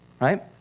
Right